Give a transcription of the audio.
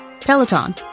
Peloton